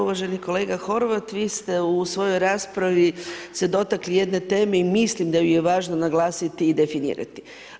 Uvaženi kolega Horvat, vi ste u svojoj raspravi se dotakli jedne teme i mislim da ju je važno naglasiti i definirati.